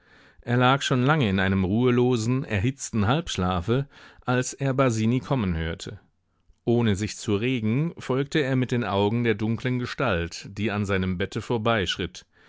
er lag schon lange in einem ruhelosen erhitzten halbschlafe als er basini kommen hörte ohne sich zu regen folgte er mit den augen der dunklen gestalt die an seinem bette